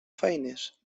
feines